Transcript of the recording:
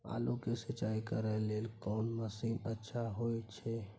आलू के सिंचाई करे लेल कोन मसीन अच्छा होय छै?